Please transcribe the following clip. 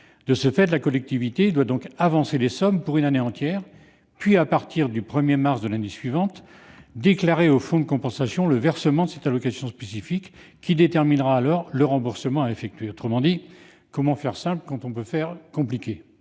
De ce fait, la collectivité doit avancer les sommes pour une année entière, puis, à partir du 1 mars de l'année suivante, déclarer au fonds de compensation le versement de cette allocation spécifique. Ce fonds détermine alors le remboursement à effectuer. Autrement dit, comment faire simple quand on peut faire compliqué !